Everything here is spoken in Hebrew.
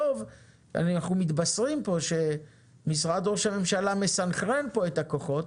אנחנו מתבשרים פה שמשרד ראש הממשלה מסנכרן פה את הכוחות,